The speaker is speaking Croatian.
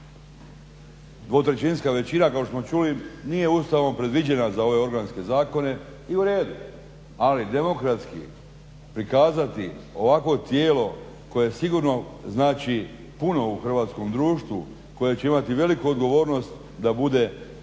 dvotrećinska većina kao što smo čuli nije Ustavom predviđena za ove organske zakone i u redu, ali demokratski prikazati ovakvo tijelo koje sigurno znači puno u hrvatskom društvu i koje će imati veliku odgovornost da bude izabrano